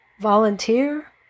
Volunteer